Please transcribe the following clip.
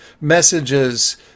messages